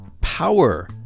power